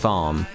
Farm